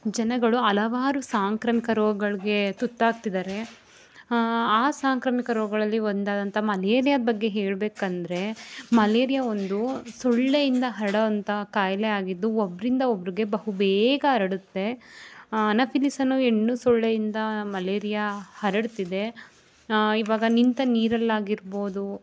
ಜನಗಳು ಹಲವಾರು ಸಾಂಕ್ರಾಮಿಕ ರೋಗಗಳಿಗೆ ತುತ್ತಾಗ್ತಿದ್ದಾರೆ ಆ ಸಾಂಕ್ರಾಮಿಕ ರೋಗಗಳಲ್ಲಿ ಒಂದಾದಂಥ ಮಲೇರಿಯಾದ ಬಗ್ಗೆ ಹೇಳಬೇಕಂದ್ರೆ ಮಲೇರಿಯ ಒಂದು ಸೊಳ್ಳೆಯಿಂದ ಹರಡೋವಂತ ಕಾಯಿಲೆ ಆಗಿದ್ದು ಒಬ್ಬರಿಂದ ಒಬ್ರಿಗೆ ಬಹುಬೇಗ ಹರಡುತ್ತೆ ಅನಾಫಿಲಿಸ್ ಅನ್ನುವ ಹೆಣ್ಣು ಸೊಳ್ಳೆಯಿಂದ ಮಲೇರಿಯಾ ಹರಡ್ತಿದೆ ಇವಾಗ ನಿಂತ ನೀರಲ್ಲಿ ಆಗಿರ್ಬೋದು